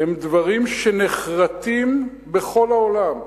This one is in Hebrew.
אלה דברים שנחרתים בכל העולם.